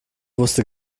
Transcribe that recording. wusste